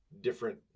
different